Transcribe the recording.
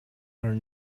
are